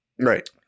Right